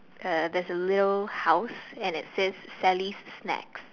uh there's a little house and it says Sally's snacks